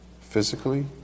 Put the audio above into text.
physically